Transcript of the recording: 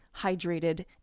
hydrated